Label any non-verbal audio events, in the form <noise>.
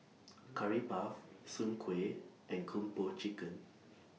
Curry Puff Soon Kueh and Kung Po Chicken <noise>